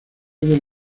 del